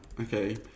Okay